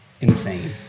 insane